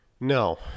No